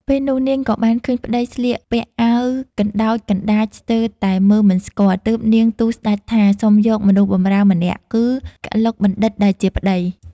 ពេលនោះ នាងក៏បានឃើញប្ដីស្លៀកពាក់អាវ កណ្ដោចកណ្ដាចស្ទើរតែមើលមិនស្គាល់ ទើបនាងទូលស្ដេចថា សុំយកមនុស្សបម្រើម្នាក់ គឺ កឡុកបណ្ឌិត ដែលជាប្ដី។